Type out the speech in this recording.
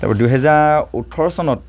তাৰপৰা দুহেজাৰ ওঠৰ চনত